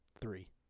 three